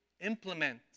implement